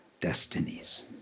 destinies